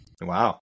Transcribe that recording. Wow